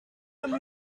comme